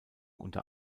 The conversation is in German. unter